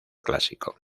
clásico